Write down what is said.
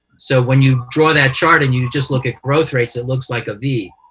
so when you draw that chart and you just look at growth rates, it looks like a v,